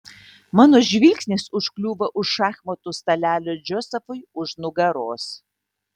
mano žvilgsnis užkliūva už šachmatų stalelio džozefui už nugaros